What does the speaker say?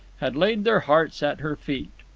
had laid their hearts at her feet.